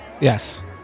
Yes